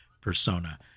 persona